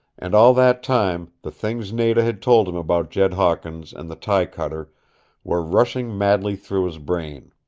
and all that time the things nada had told him about jed hawkins and the tie-cutter were rushing madly through his brain.